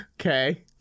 Okay